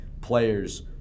players